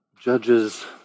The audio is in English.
Judges